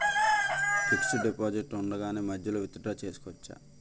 Fixed deposit ఉండగానే మధ్యలో withdraw చేసుకోవచ్చా?